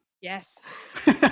Yes